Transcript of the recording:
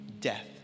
death